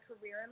career